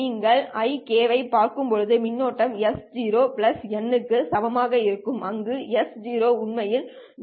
நீங்கள் Ik0 ஐப் பார்க்கப் போகும் மின்னோட்டம் s0n0 க்கு சமமாக இருக்கும் அங்கு s0 உண்மையில் 0 க்கு சமமாக இருக்கும்